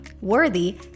Worthy